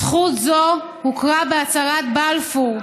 "זכות זו הוכרה בהצהרת בלפור"